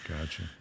gotcha